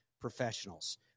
professionals